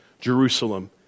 Jerusalem